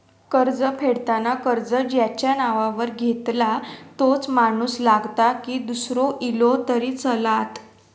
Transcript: कर्ज फेडताना कर्ज ज्याच्या नावावर घेतला तोच माणूस लागता की दूसरो इलो तरी चलात?